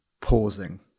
pausing